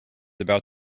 about